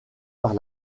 par